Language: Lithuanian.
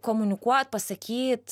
komunikuot pasakyt